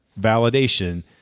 validation